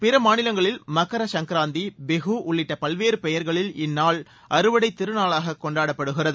பிற மாநிலங்களில் மகரசங்கராந்தி பிஹூ உள்ளிட்ட பல்வேறு பெயர்களில் இந்நாள் அறுவடை திருநாளாக கொண்டாடப்படுகிறது